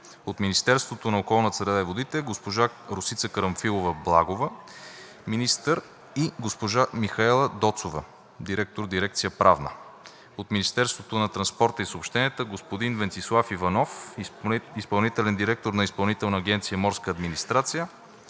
от Министерството на околната среда и водите – госпожа Росица Карамфилова-Благова, министър, и госпожа Михаела Доцова, директор на дирекция „Правна“; от Министерството на транспорта и съобщенията – господин Венцислав Иванов, изпълнителен директор на Изпълнителна агенция „Морска администрация“,